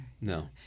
No